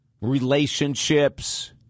relationships